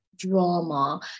drama